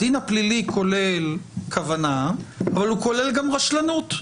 הדין הפלילי כולל כוונה אבל הוא כולל גם רשלנות,